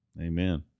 Amen